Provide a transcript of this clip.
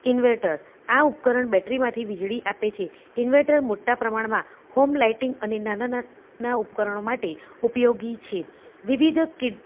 inverter આ ઉપકરણ બેટરીમાંથી વીજળી આપે છે ઇન્વેટર મોટા પ્રમાણમાં હોમ લાઇટિંગ અને નાના નાના ઉપકરણો માટે ઉપયોગી છે વિવિધ કીટ